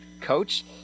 coach